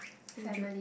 would you